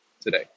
today